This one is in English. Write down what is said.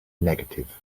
negative